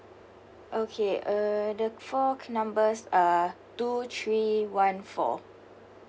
okay uh the four numbers are two three one four